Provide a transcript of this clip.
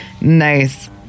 Nice